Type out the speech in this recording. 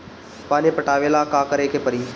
पानी पटावेला का करे के परी?